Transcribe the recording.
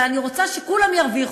אבל אני רוצה שכולם ירוויחו,